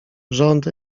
rząd